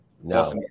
No